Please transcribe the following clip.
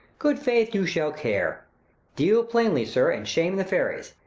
good faith, you shall care deal plainly, sir, and shame the fairies.